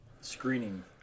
Screening